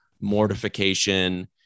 mortification